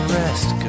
rest